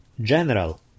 General